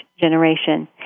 generation